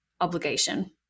obligation